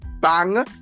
bang